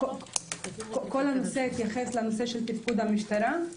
כל הנושא התייחס לנושא של תפקוד המשטרה.